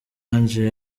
ange